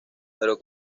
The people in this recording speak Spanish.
pero